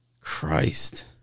Christ